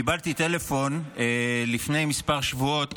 קיבלתי טלפון לפני כמה שבועות